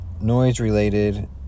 noise-related